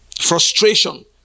Frustration